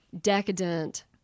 Decadent